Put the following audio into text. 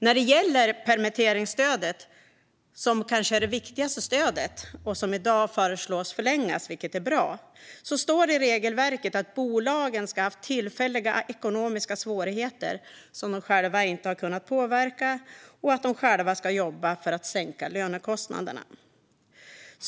När det gäller permitteringsstödet - som kanske är det viktigaste stödet och som i dag föreslås förlängas, vilket är bra - står det i regelverket att bolagen ska ha haft tillfälliga ekonomiska svårigheter som de själva inte har kunnat påverka och att de själva ska jobba för att sänka lönekostnaderna.